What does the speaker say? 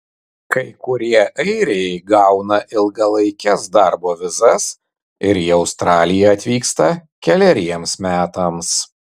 kai kurie airiai gauna ilgalaikes darbo vizas ir į australiją atvyksta keleriems metams